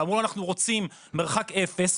ואמרו אנחנו רוצים מרחק אפס,